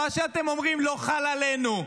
מה שאתם אומרים לא חל עלינו?